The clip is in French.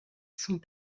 sont